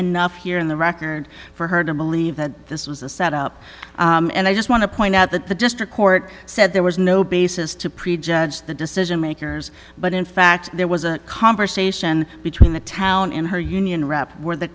enough here in the record for her to believe that this was a setup and i just want to point out that the district court said there was no basis to prejudge the decision makers but in fact there was a conversation between the town in her union where the